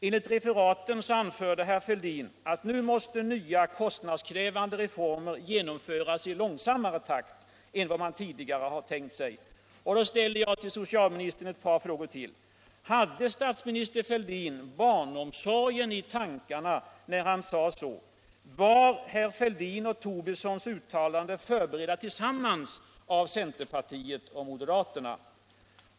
Enligt referaten anförde Fälldin att nu måste nya kostnadskrävande reformer genomföras i långsammare takt än vad man tidigare hade tänkt sig. Och då ställer jag till socialministern ett par frågor till: Hade statsminister Fälldin barnomsorgen i tankarna när han sade så? Var herr Fälldins och herr Tobissons uttalanden förberedda tillsammans av centerpartiet och moderaterna?